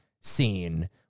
scene